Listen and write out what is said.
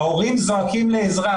ההורים זועקים לעזרה.